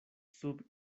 sub